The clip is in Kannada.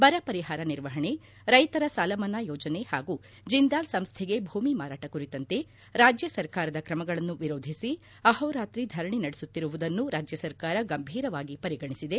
ಬರ ಪರಿಹಾರ ನಿರ್ವಹಣೆ ರೈತರ ಸಾಲಮನ್ನಾ ಯೋಜನೆ ಹಾಗೂ ಜಿಂದಾಲ್ ಸಂಸ್ಟೆಗೆ ಭೂಮಿ ಮಾರಾಟ ಕುರಿತಂತೆ ರಾಜ್ಯ ಸರ್ಕಾರದ ಕ್ರಮಗಳನ್ನು ವಿರೋಧಿಸಿ ಅಹೋರಾತ್ರಿ ಧರಣಿ ನಡೆಸುತ್ತಿರುವುದನ್ನು ರಾಜ್ಯ ಸರ್ಕಾರ ಗಂಭೀರವಾಗಿ ಪರಿಗಣಿಸಿದೆ